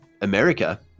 America